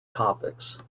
topics